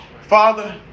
Father